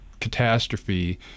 catastrophe